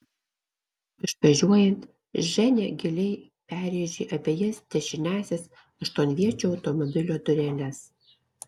išvažiuojant ženia giliai perrėžė abejas dešiniąsias aštuonviečio automobilio dureles